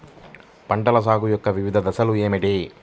పంటల సాగు యొక్క వివిధ దశలు ఏమిటి?